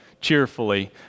cheerfully